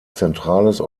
zentrales